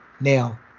Now